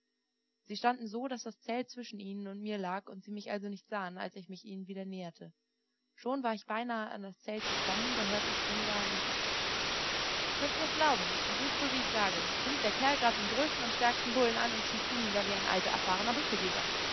sie standen so daß das zelt zwischen ihnen und mir lag und sie mich also nicht sahen als ich mich ihnen wieder näherte schon war ich beinahe an das zelt gekommen da hörte ich sam sagen könnt mir's glauben es ist so wie ich sage nimmt der kerl grad den größten und stärksten bullen an und schießt ihn nieder wie ein alter erfahrener